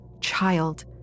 child